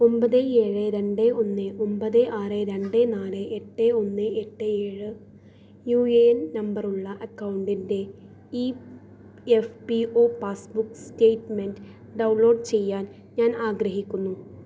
ഒമ്പത് ഏഴ് രണ്ട് ഒന്ന് ഒമ്പത് ആറ് രണ്ട് നാല് എട്ട് ഒന്ന് എട്ട് ഏഴ് യു എ എൻ നമ്പർ ഉള്ള അക്കൗണ്ടിൻ്റെ E F P O passbook statement download ചെയ്യാൻ ഞാൻ ആഗ്രഹിക്കുന്നു